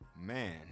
Man